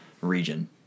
region